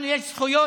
לנו יש זכויות,